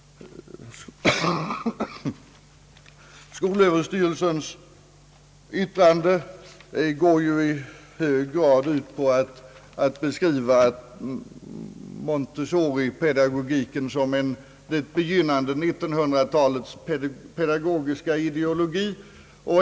Skolöverstyrelsens yttrande går i hög grad ut på att beskriva Montessoripedagogiken som en det begynnande 1900 talets pedagogiska ideologi.